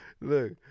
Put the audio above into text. Look